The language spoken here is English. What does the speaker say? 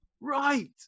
right